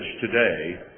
today